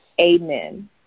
Amen